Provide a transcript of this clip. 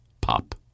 Pop